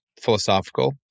philosophical